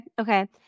Okay